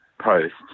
posts